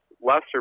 lesser